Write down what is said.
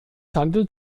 handelt